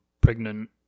pregnant